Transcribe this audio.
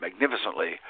magnificently